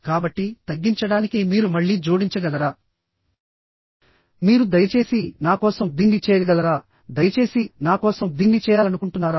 కాబట్టి తగ్గించడానికి మీరు మళ్ళీ జోడించగలరా మీరు దయచేసి నా కోసం దీన్ని చేయగలరా దయచేసి నా కోసం దీన్ని చేయాలనుకుంటున్నారా